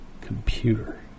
computer